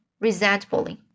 resentfully